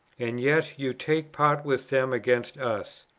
and yet you take part with them against us.